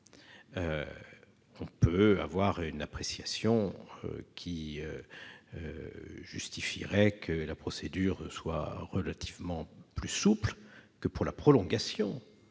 on peut avoir une appréciation qui justifierait que la procédure soit relativement plus souple que pour la prolongation.